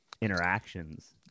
interactions